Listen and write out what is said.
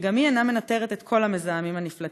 וגם היא אינה מנטרת את כל המזהמים הנפלטים